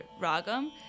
ragam